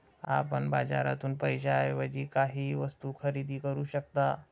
आपण बाजारातून पैशाएवजी काहीही वस्तु खरेदी करू शकता